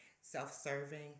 self-serving